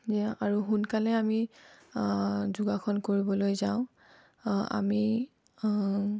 আৰু সোনকালে আমি যোগাসন কৰিবলৈ যাওঁ আমি